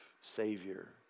savior